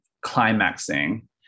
climaxing